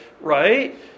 right